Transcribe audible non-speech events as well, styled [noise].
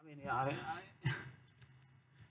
ya I mean I [noise]